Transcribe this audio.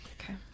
Okay